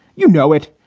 you know it,